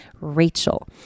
Rachel